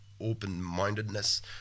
open-mindedness